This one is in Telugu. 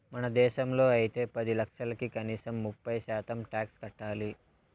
మన దేశంలో అయితే పది లక్షలకి కనీసం ముప్పై శాతం టాక్స్ కట్టాలి